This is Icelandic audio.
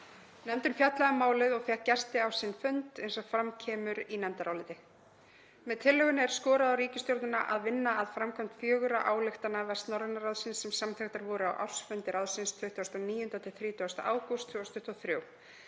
Nefndin fjallaði um málið og fékk gesti á sinn fund eins og kemur fram í nefndaráliti. Með tillögunni er skorað á ríkisstjórnina að vinna að framkvæmd fjögurra ályktana Vestnorræna ráðsins sem samþykktar voru á ársfundi ráðsins 29.–30. ágúst 2023.